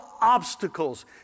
obstacles